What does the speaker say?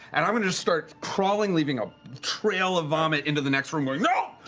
and i'm going to to start crawling, leaving a trail of vomit into the next room, going, no!